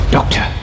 Doctor